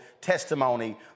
testimony